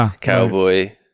cowboy